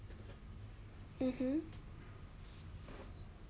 mmhmm